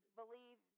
believe